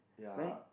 correct